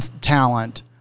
talent